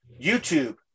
YouTube